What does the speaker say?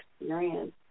experience